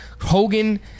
Hogan